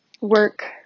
work